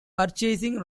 purchasing